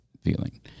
feeling